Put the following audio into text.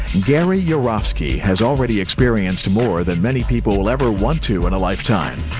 gary yourofsky has already experienced more than many people will ever want to in a lifetime.